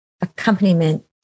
Accompaniment